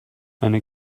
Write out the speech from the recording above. eine